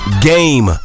game